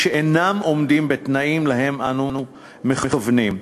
שאינם עומדים בתנאים שאנו מכוונים להם.